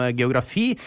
geografi